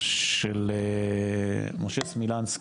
של משה סמילנסקי,